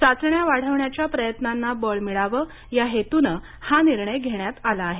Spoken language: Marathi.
चाचण्या वाढवण्याच्या प्रयत्नांना बळ मिळावं या हेतूनं हा निर्णय घेण्यात आला आहे